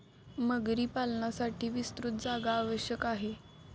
मगरी पालनासाठी विस्तृत जागा आवश्यक आहे